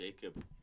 Jacob